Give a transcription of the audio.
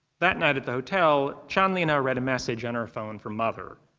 that night at the hotel chanlina read a message on her phone from mother.